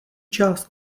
část